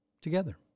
Together